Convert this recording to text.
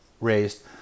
raised